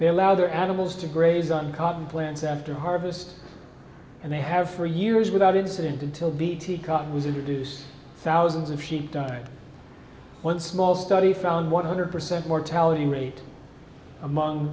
they allow their animals to graze on cotton plant after harvest and they have for years without incident until bt cut was introduced thousands of sheep died one small study found one hundred percent mortality rate among